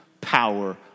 power